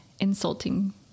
insulting